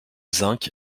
zinc